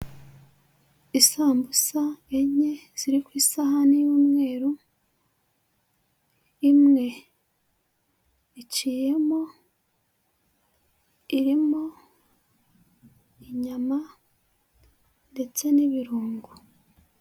Isambusa enye ziri ku isai y'umweru, imwe iciyemo irimo inyama ndetse n'ibirungo.